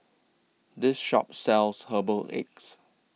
This Shop sells Herbal Egg